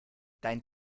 dein